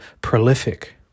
prolific